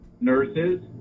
nurses